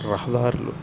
రహదారులు